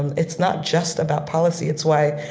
and it's not just about policy. it's why,